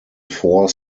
four